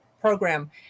program